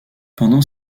pendant